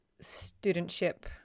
studentship